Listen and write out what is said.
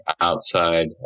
outside